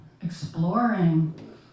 exploring